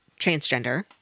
transgender